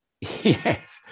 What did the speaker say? Yes